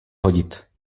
hodit